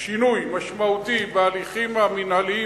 שינוי משמעותי בהליכים המינהליים,